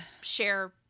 share